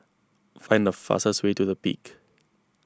find the fastest way to the Peak